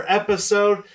episode